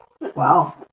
Wow